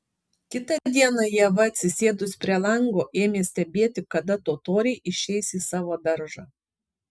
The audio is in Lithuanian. kitą dieną ieva atsisėdus prie lango ėmė stebėti kada totoriai išeis į savo daržą